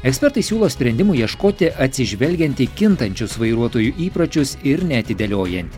ekspertai siūlo sprendimų ieškoti atsižvelgiant į kintančius vairuotojų įpročius ir neatidėliojant